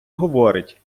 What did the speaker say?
говорить